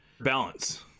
balance